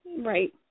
Right